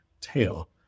tail